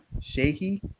shaky